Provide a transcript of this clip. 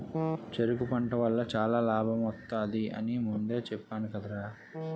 చెరకు పంట వల్ల చాలా లాభమొత్తది అని ముందే చెప్పేను కదరా?